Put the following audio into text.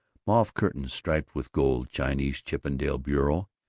mauve curtains striped with gold. chinese chippendale bureau,